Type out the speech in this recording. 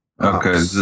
Okay